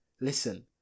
Listen